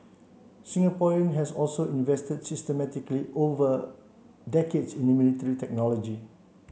Singapore has also invested systematically over decades in military technology